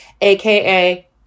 aka